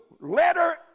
letter